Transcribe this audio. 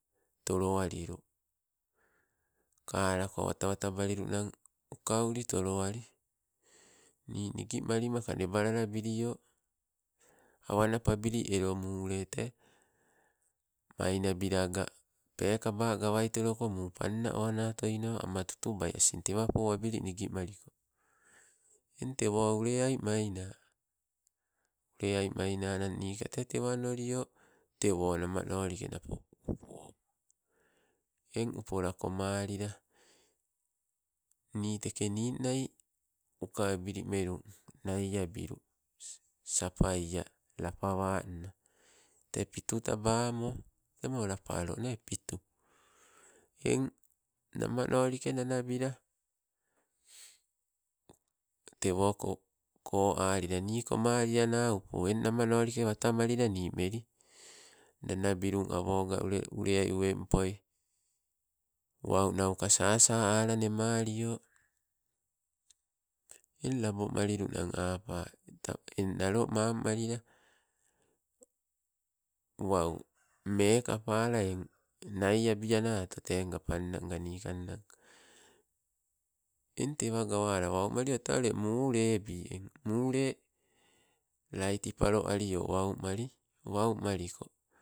Tolo alilu kalako wata wata balilunnang uka uli toloali, ni nigimalimaka nebalalabilio, awa anapabili elo mule tee mainabila aga peekaba gaweitoloko muu panna onatoino ama tutu bai asin, tewa po abili nigimaliko eng tewo uleai maina. Uleai mai, nananang niika te tewa onolio, tewo napo namanolike napo upo. Eng upola komelila ni teke ninnai uka abili melunna nai abilu sapaia lapawanna, tee piitu tabamo temo lapalo piitu eng namanolike nanabila tewo ko alila ni komaliana upo eng namonolike ni watamelila nii meli. Nanabilum ule awoga ule uleai uwempoi, wau nauka sasa ala nemalio. Eng labomalilunang apa, eng nalo mam malila, wau mekapala eng nai abianato, teng nga panna nga nikang na nga. Eng tewa gawola wau mali oteule mulebi eng. Mule laity palo alio wau mali, wau maliko.